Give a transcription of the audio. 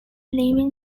leaving